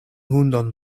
hundon